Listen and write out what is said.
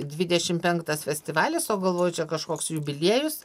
dvidešim penktas festivalis o galvoju čia kažkoks jubiliejus